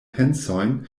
pensojn